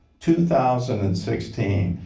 two thousand and sixteen.